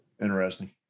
Interesting